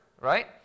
right